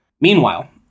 Meanwhile